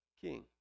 king